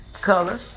color